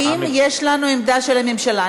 האם יש לנו עמדה של הממשלה?